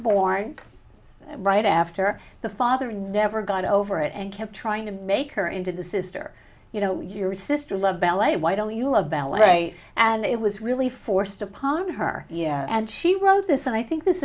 born right after the father never got over it and kept trying to make her into the sister you know your sister love ballet why don't you love ballet and it was really forced upon her and she wrote this and i think this